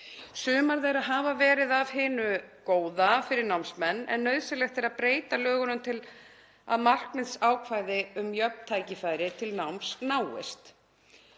Sumar þeirra hafa verið af hinu góða fyrir námsmenn en nauðsynlegt er að breyta lögunum til að markmiðsákvæði um jöfn tækifæri til náms náist.